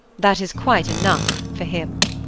that is quite enough for him.